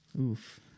Oof